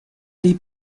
les